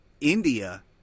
India